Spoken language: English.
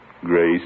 Grace